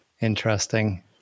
Interesting